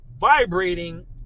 vibrating